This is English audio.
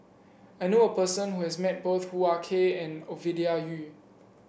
I knew a person who has met both Hoo Ah Kay and Ovidia Yu